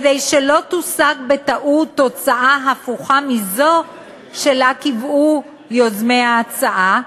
כדי שלא תושג בטעות תוצאה הפוכה מזו שלה קיוו יוזמי ההצעה,